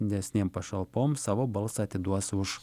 didesnėm pašalpom savo balsą atiduos už